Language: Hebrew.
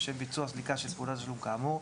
לשם ביצוע סליקה של פעולות תשלום כאמור,